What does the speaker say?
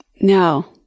No